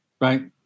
right